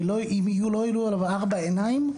וצריך שיהיו עליו ארבע עיניים.